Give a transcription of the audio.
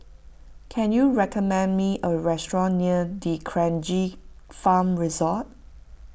can you recommend me a restaurant near D'Kranji Farm Resort